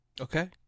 Okay